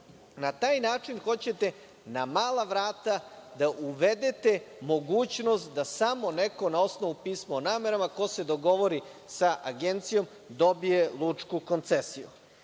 taj način hoćete na mala vrata da uvedete mogućnost da samo neko na osnovu pisma o namerama, ko se dogovori sa Agencijom dobije lučku koncesiju.